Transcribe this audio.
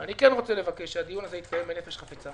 אני כן רוצה לבקש שהדיון הזה יתקיים בנפש חפצה